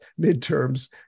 midterms